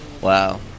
Wow